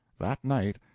that night,